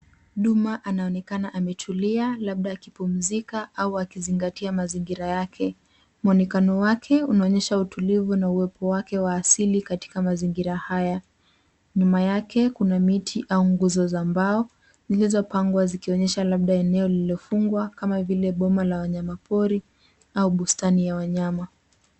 Duma anaonekana ametulia labda akipumzika au akizingatia mazingira yake. Mwonekano wake unaonyesha utulivu na uwepo wake wa asili katika mazingira haya. Nyuma yake, kuna miti au nguzo za mbao zilizopangwa zikionyesha labda eneo lililofungwa kama vile boma la wanyama pori au bustani la wanyama.